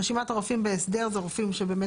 רשימת הרופאים בהסדר זה רופאים שבאמת